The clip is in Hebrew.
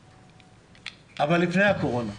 אבל לפני הקורונה.